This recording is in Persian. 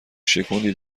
شکوندی